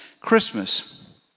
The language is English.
Christmas